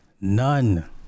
None